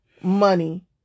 money